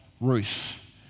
Ruth